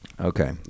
Okay